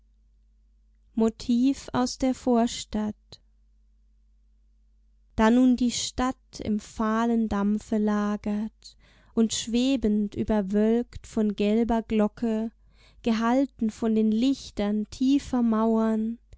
aus der vorstadt da nun die stadt im fahlen dampfe lagert und schwebend überwölkt von gelber glocke gehalten von den lichtern tiefer mauern